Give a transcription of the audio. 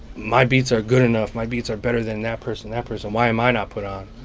my beats are good enough. my beats are better than that person, that person. why am i not put on?